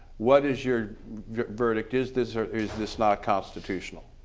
what is your your verdict, is this or is this not constitutional.